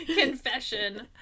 Confession